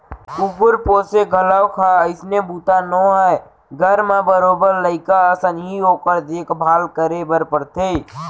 कुकुर पोसे घलौक ह अइसने बूता नोहय घर म बरोबर लइका असन ही ओकर देख भाल करे बर परथे